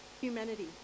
Humanity